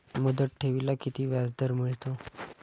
मुदत ठेवीला किती व्याजदर मिळतो?